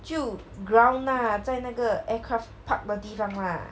就 ground lah 在那个 aircraft park 的地方 lah